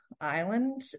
island